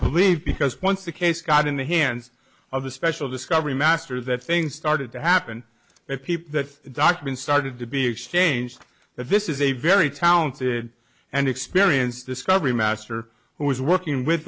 believe because once the case got in the hands of the special discovery master that things started to happen that people that documents started to be exchanged that this is a very talented and experienced discovery master who was working with